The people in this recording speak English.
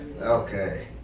Okay